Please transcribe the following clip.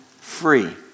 free